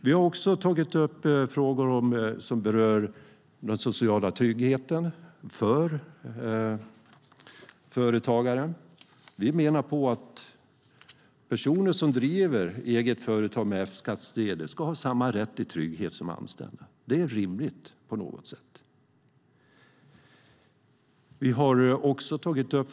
Det finns också frågor som berör den sociala tryggheten för företagare. Vi menar att personer som driver eget företag med F-skattsedel ska ha samma rätt till trygghet som anställda. Det är rimligt.